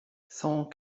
cent